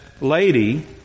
lady